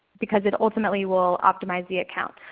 because it ultimately will optimize the account.